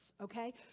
okay